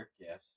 yes